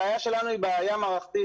הבעיה שלנו היא בעיה מערכתית,